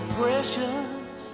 precious